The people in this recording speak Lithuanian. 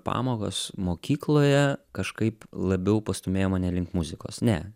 pamokos mokykloje kažkaip labiau pastūmėjo mane link muzikos ne